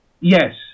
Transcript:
Yes